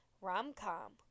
rom-com